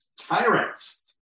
tyrants